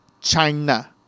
China